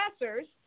professors